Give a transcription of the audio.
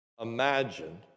imagine